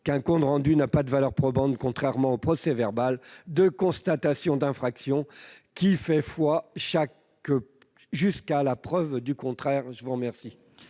qu'un compte rendu n'a pas de valeur probante, contrairement au procès-verbal de constatation d'infraction, qui fait foi jusqu'à preuve du contraire. Mes chers